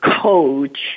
coach